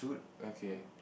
okay